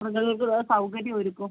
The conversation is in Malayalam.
മൃഗങ്ങൾക്കുള്ള സൗകര്യം ഒരുക്കും